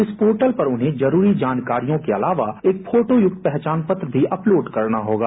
इस पोर्टल पर उन्हें जरूरी जानकारियों के अलावा एक फोटो युक्त पहचान पत्र अपलोड करना होगा